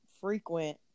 frequent